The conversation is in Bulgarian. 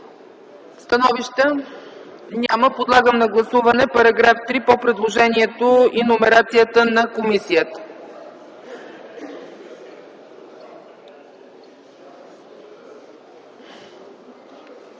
Становища няма. Подлагам на гласуване § 3 по предложението и номерацията на комисията.